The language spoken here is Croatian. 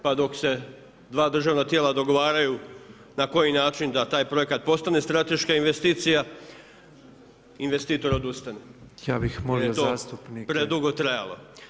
Pa dok se dva državna tijela dogovaraju na koji način da taj projekat postane strateška investicija investitor odustane da je to predugo trajalo.